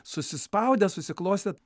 susispaudę susiklostę kaip galime